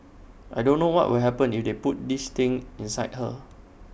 I don't know what will happen if they put this thing inside her